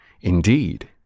Indeed